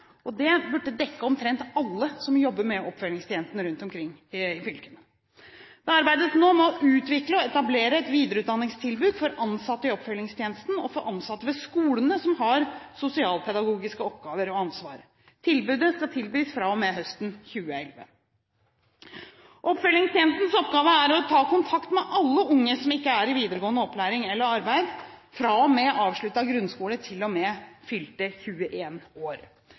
samarbeidsstrukturene. Det burde dekke omtrent alle som jobber med oppfølgingstjeneste rundt omkring i fylkene. Det arbeides nå med å utvikle og etablere et videreutdanningstilbud for ansatte i oppfølgingstjenesten og for ansatte ved skolene som har sosialpedagogiske oppgaver og ansvar. Tilbudet skal tilbys fra og med høsten 2011. Oppfølgingstjenestens oppgave er å ta kontakt med alle unge som ikke er i videregående opplæring eller arbeid fra og med avsluttet grunnskole til og med fylte 21 år.